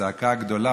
בצעקה גדולה,